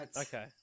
Okay